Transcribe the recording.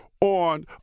on